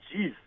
Jeez